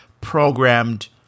programmed